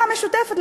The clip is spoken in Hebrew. עבודה משותפת,